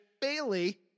Bailey